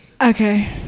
Okay